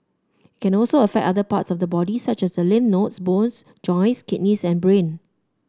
can also affect other parts of the body such as the lymph nodes bones joints kidneys and brain